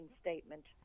statement